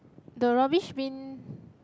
the rubbish bin